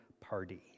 party